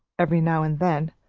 every now and then,